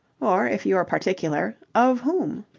or, if you're particular, of whom?